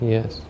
Yes